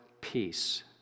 peace